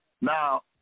Now